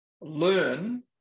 learn